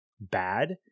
bad